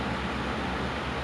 but that's so boring though